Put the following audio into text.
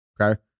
okay